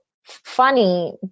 funny